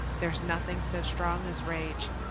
there's nothing so strong as rage,